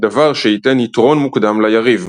דבר שייתן יתרון מוקדם ליריב.